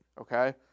Okay